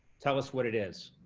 tell us what it is.